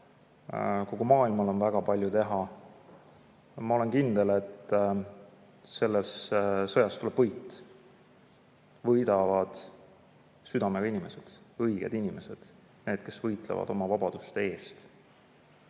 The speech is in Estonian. Kogu maailmal on väga palju teha. Ja ma olen kindel, et selles sõjas tuleb võit. Võidavad südamega inimesed, õiged inimesed, need, kes võitlevad oma vabaduste eest.